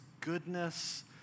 goodness